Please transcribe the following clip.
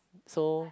so